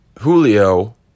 Julio